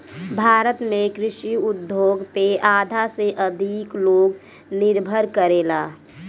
भारत में कृषि उद्योग पे आधा से अधिक लोग निर्भर करेला